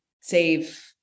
save